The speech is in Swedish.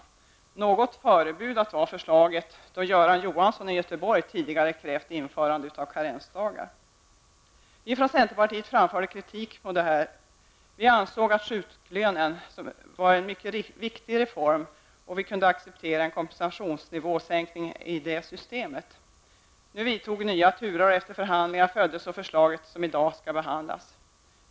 Förslaget var något förebudat av att Göran Johansson i Göteborg tidigare krävt införande av karensdagar. Vi från centerpartiet framförde kritik mot detta. Vi ansåg att sjuklönen var en mycket viktig reform, och vi kunde acceptera en kompensationsnivåsänkning i det systemet. Nu vidtog nya turer, och efter förhandlingar föddes så förslaget som i dag skall behandlas.